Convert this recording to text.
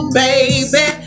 baby